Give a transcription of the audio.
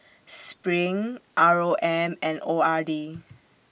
SPRING R O M and O R D